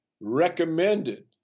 recommended